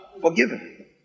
forgiven